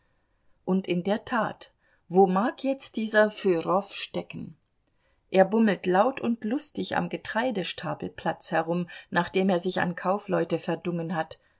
und in der tat wo mag jetzt dieser fyrow stecken er bummelt laut und lustig am getreidestapelplatz herum nachdem er sich an kaufleute verdungen hat